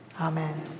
Amen